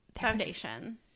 Foundation